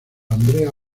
andrea